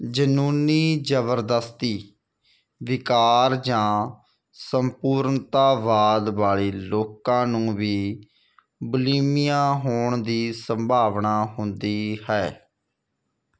ਜਾਨੂੰਨੀ ਜ਼ਬਰਦਸਤੀ ਵਿਕਾਰ ਜਾਂ ਸੰਪੂਰਨਤਾਵਾਦ ਵਾਲੇ ਲੋਕਾਂ ਨੂੰ ਵੀ ਬੁਲੀਮੀਆ ਹੋਣ ਦੀ ਸੰਭਾਵਨਾ ਹੁੰਦੀ ਹੈ